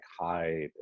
hide